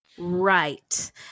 Right